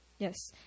Yes